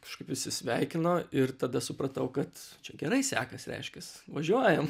kažkaip visi sveikino ir tada supratau kad čia gerai sekasi reiškias važiuojam